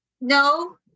no